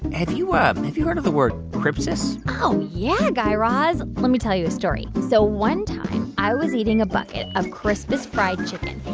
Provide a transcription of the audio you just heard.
have you um have you heard of the word crypsis? oh, yeah, guy raz. let me tell you a story. so one time, i was eating a bucket of crispus fried chicken.